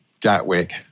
Gatwick